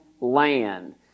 land